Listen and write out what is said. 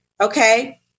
okay